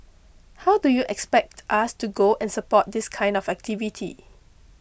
how do you expect us to go and support this kind of activity